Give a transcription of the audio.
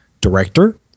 director